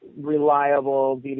reliable